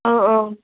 অঁ অঁ